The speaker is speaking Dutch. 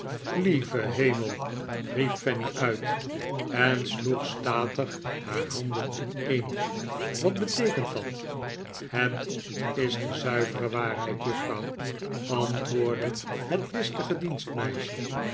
lieve hemel riep fanny uit en sloeg statig haar handen ineen wat beteekent dat het is de zuivere waarheid juffrouw antwoordde het listige